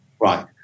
right